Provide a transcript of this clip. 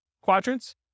quadrants